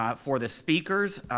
um for the speakers,